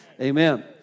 Amen